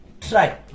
try